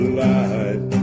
light